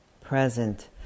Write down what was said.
present